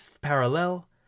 parallel